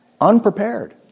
unprepared